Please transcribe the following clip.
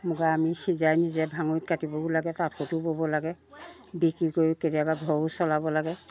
মুগা আমি সিজাই নিজে ভাঙৰিত কাটিবও লাগে তাঁত সোঁতো বব' লাগে বিক্ৰী কৰি কেতিয়াবা ঘৰো চলাব লাগে